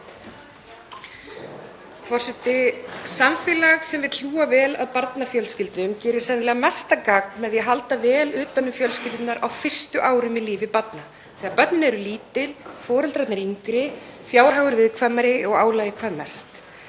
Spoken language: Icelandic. Forseti. Samfélag sem vill hlúa vel að barnafjölskyldum gerir sennilega mest gagn með því að halda vel utan um fjölskyldur á fyrstu árum í lífi barna þegar börnin eru lítil, foreldrarnir yngri, fjárhagur viðkvæmari og álagið er hvað mest.